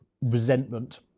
resentment